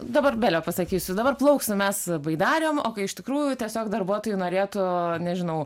dabar bele pasakysiu dabar plauksim mes baidarėm o kai iš tikrųjų tiesiog darbuotojai norėtų nežinau